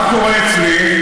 מה קורה אצלי?